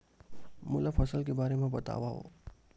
मोला फसल के बारे म बतावव?